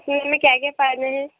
میں کیا کیا فائدے ہیں